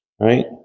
Right